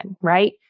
right